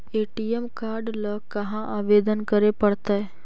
ATM card ल कहा आवेदन करे पड़तै?